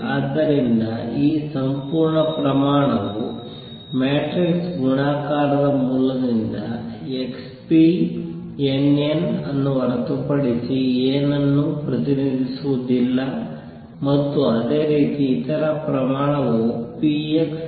ಆದ್ದರಿಂದ ಈ ಸಂಪೂರ್ಣ ಪ್ರಮಾಣವು ಮ್ಯಾಟ್ರಿಕ್ಸ್ ಗುಣಾಕಾರದ ಮೂಲದಿಂದ nn ಅನ್ನು ಹೊರತುಪಡಿಸಿ ಏನನ್ನೂ ಪ್ರತಿನಿಧಿಸುವುದಿಲ್ಲ ಮತ್ತು ಅದೇ ರೀತಿ ಇತರ ಪ್ರಮಾಣವು nn ಅನ್ನು ಪ್ರತಿನಿಧಿಸುತ್ತದೆ